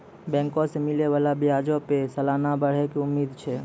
बैंको से मिलै बाला ब्याजो पे सलाना बढ़ै के उम्मीद छै